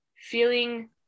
feeling